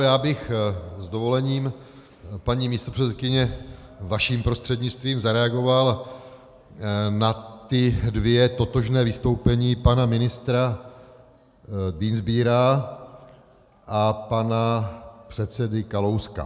Já bych s dovolením, paní místopředsedkyně, vaším prostřednictvím zareagoval na ta dvě totožná vystoupení pana ministra Dienstbiera a pana předsedy Kalouska.